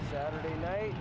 saturday night